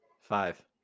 Five